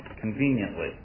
conveniently